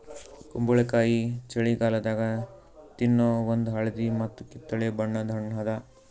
ಕುಂಬಳಕಾಯಿ ಛಳಿಗಾಲದಾಗ ತಿನ್ನೋ ಒಂದ್ ಹಳದಿ ಮತ್ತ್ ಕಿತ್ತಳೆ ಬಣ್ಣದ ಹಣ್ಣ್ ಅದಾ